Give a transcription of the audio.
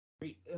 great